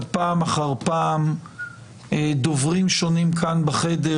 פעם אחר פעם דוברים שונים כאן בחדר,